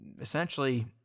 essentially